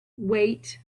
wait